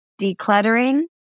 decluttering